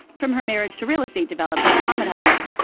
from her marriage to real estate developer mohamed hadid.